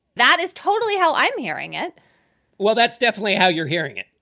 that is totally how i'm hearing it well, that's definitely how you're hearing it